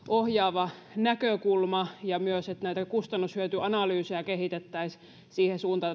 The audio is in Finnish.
ohjaava näkökulma ja myös että näitä kustannushyötyanalyysejä kehitettäisiin siihen suuntaan